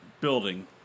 Building